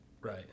Right